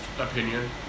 opinion